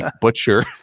butcher